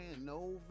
no